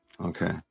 Okay